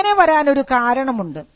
ഇങ്ങനെ വരാൻ ഒരു കാരണം ഉണ്ട്